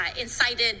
incited